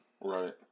Right